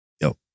yo